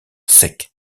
sec